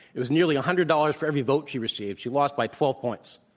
it was nearly a hundred dollars for every vote she received. she lost by twelve points.